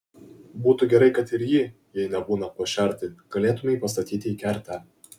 būtų gerai kad ir jį jei nebūna kuo šerti galėtumei pastatyti į kertę